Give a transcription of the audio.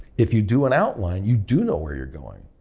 if you do an outline, you do know where you are going.